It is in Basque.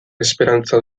esperantza